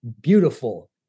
beautiful